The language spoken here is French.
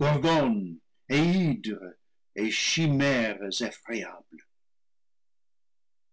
gorgones et hydres et chimère